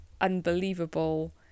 unbelievable